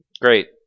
Great